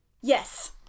yes